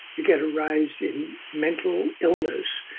you get a rise in mental illness,